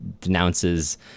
denounces